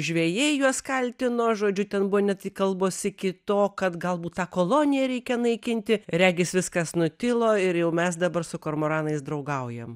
žvejai juos kaltino žodžiu ten buvo ne tik kalbos iki to kad galbūt tą koloniją reikia naikinti regis viskas nutilo ir jau mes dabar su kormoranais draugaujam